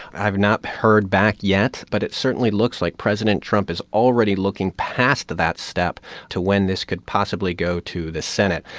i have not heard back yet, but it certainly looks like president trump is already looking past that step to when this could possibly go to the senate.